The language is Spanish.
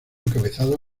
encabezado